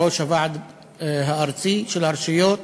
ראש הוועד הארצי של הרשויות,